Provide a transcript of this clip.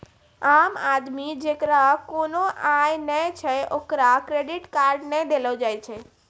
आम आदमी जेकरा कोनो आय नै छै ओकरा क्रेडिट कार्ड नै देलो जाय छै